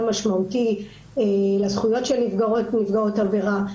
משמעותי לזכויות של נפגעי ונפגעות עבירה.